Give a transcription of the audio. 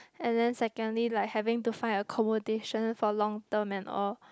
and then secondly like having to find accomodation for long term and all